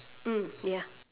mm ya